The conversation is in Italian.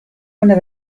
una